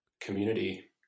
community